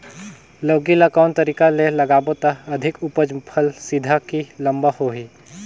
लौकी ल कौन तरीका ले लगाबो त अधिक उपज फल सीधा की लम्बा होही?